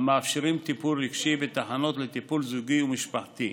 המאפשרים טיפול רגשי ותחנות לטיפול זוגי ומשפחתי.